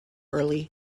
early